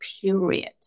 period